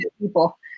people